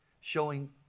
showing